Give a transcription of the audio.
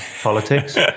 politics